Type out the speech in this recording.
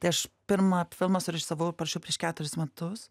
tai aš pirmą filmą surežisavau ir parašiau prieš keturis metus